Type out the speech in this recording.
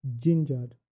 gingered